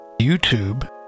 YouTube